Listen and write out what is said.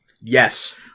Yes